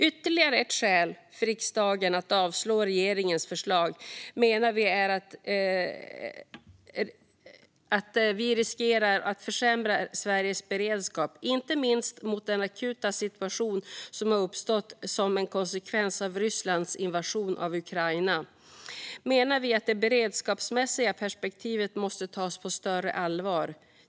Ytterligare ett skäl för riksdagen att avslå regeringens förslag menar vi är att det riskerar att försämra Sveriges beredskap. Inte minst mot den akuta situation som har uppstått som en konsekvens av Rysslands invasion av Ukraina menar vi att det beredskapsmässiga perspektivet måste tas på större allvar.